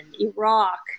iraq